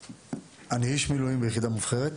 אני איש מילואים ביחידה מובחרת.